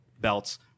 belts